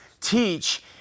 teach